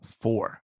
four